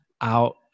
out